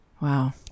wow